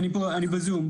אני פה אני בזום.